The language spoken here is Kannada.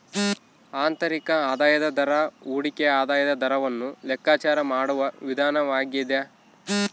ಆಂತರಿಕ ಆದಾಯದ ದರ ಹೂಡಿಕೆಯ ಆದಾಯದ ದರವನ್ನು ಲೆಕ್ಕಾಚಾರ ಮಾಡುವ ವಿಧಾನವಾಗ್ಯದ